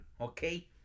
okay